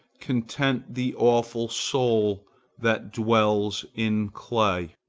content the awful soul that dwells in clay.